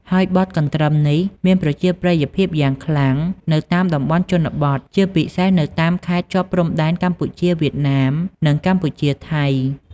ហើយបទកន្ទ្រឹមនេះ មានប្រជាប្រិយភាពយ៉ាងខ្លាំងនៅតាមតំបន់ជនបទ ជាពិសេសនៅតាមខេត្តជាប់ព្រំដែនកម្ពុជា-វៀតណាម និងកម្ពុជា-ថៃ។